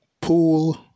pool